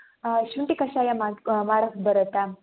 ಶುಂಠಿ ಕಷಾಯ ಮಾಡ್ಕೋ ಮಾಡಕ್ಕೆ ಬರುತ್ತಾ